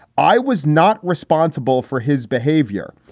i was not responsible for his behavior,